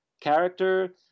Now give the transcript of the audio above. character